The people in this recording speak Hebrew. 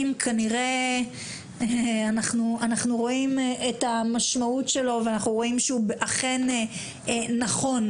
כנראה אנחנו רואים את המשמעות שלו ואנחנו רואים שהוא אכן נכון,